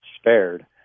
spared